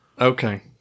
Okay